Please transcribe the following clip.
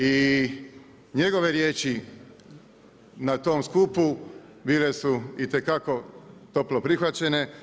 I njegove riječi na tom skupu bile su itekako toplo prihvaćene.